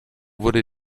wurde